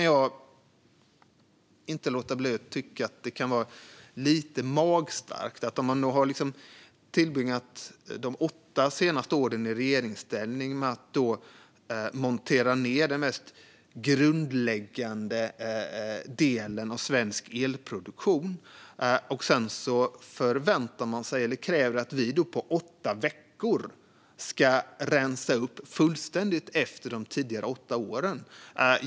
Jag kan tycka att det är lite magstarkt att man, när man har tillbringat de senaste åtta åren i regeringsställning och monterat ned den mest grundläggande delen av svensk elproduktion, kräver att vi på åtta veckor ska rensa upp fullständigt efter de tidigare åtta åren.